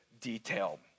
detail